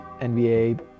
NBA